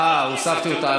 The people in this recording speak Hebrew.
אה, הוספתי אותה.